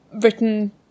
written